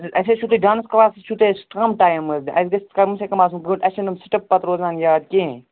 اَسہِ حٲز چھُ تۄہہ ڈانس کٕلاس تہِ چھُو تۄہہ اَسہِ کَم ٹایِم حٲز اَسہِ گَژھہ کَم سے کَم آسُن گٲنٹہٕ اَسہِ چھِنہٕ سِٹیپ پَتہٕ روزان یاد کِہیٖنۍ